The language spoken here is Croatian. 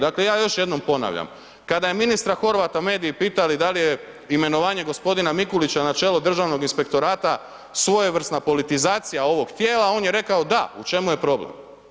Dakle ja još jednom ponavljam, kada je ministra Horvata mediji pitali da li je imenovanje gospodina Mikulića na čelo Državnog inspektorata svojevrsna politizacija ovog tijela on je rekao da, u čemu je problem?